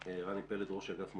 רני פלד ראש אגף מודיעין.